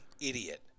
idiot